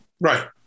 right